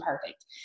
perfect